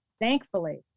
thankfully